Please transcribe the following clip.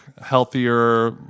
healthier